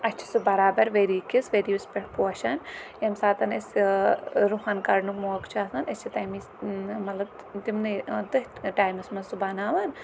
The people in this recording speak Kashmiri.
اَسہِ چھُ سُہ برابر ؤری کِس ؤریس پٮ۪ٹھ پوشان ییمہِ ساتہٕ أسۍ رُہَن کَڑنُک موقہٕ چھُ آسان أسۍ چھِ تَمی مطلب تِمنے تٔتھۍ ٹایمَس منٛز سُہ بَناوان